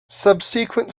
subsequent